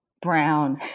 brown